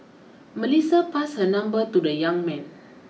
Melissa passed her number to the young man